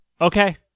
Okay